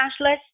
cashless